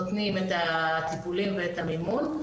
נותנים את הטיפולים ואת המימון.